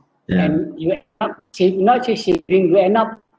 and you are not not chasing drink we are not